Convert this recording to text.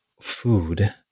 food